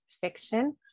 fiction